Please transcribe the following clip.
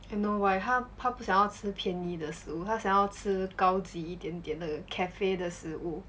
you know why 他不想要吃便宜的食物他想要吃高级一点点的 cafe 的食物